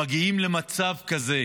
מגיעים למצב כזה.